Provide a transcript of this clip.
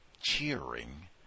cheering